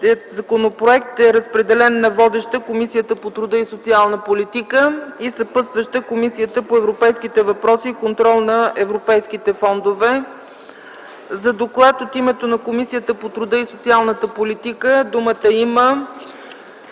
законопроект е разпределен на: водеща - Комисията по труда и социалната политика, и съпътстваща - Комисията по европейските въпроси и контрол на европейските фондове. За доклад от името на Комисията по труда и социалната политика има думата